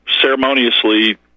ceremoniously